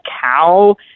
cow